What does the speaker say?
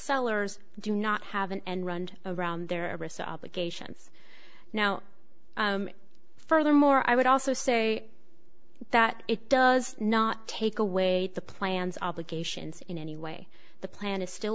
sellers do not have an end run around their wrists obligations now furthermore i would also say that it does not take away the plans obligations in any way the plan is still